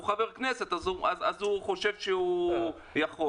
הוא חבר כנסת אז הוא חושב שהוא יכול'.